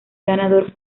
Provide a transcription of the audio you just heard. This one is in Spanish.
ganador